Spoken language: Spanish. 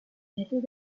metros